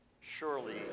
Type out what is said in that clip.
Surely